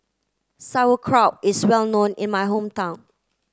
sauerkraut is well known in my hometown